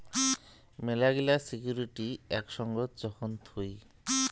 মেলাগিলা সিকুইরিটি আক সঙ্গত যখন থুই